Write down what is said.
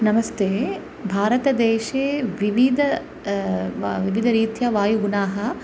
नमस्ते भारतदेशे विविध व विविधरीत्या वायुगुणाः